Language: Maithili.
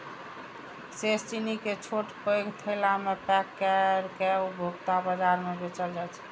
शेष चीनी कें छोट पैघ थैला मे पैक कैर के उपभोक्ता बाजार मे बेचल जाइ छै